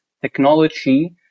technology